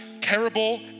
terrible